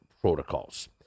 protocols